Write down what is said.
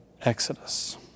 exodus